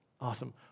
awesome